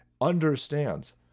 understands